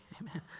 Amen